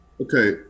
Okay